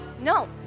no